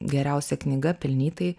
geriausia knyga pelnytai